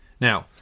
Now